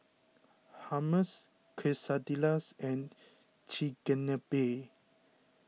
Hummus Quesadillas and Chigenabe